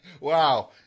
wow